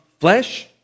flesh